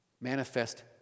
manifest